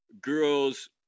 girls